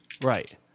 Right